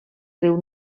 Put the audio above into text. riu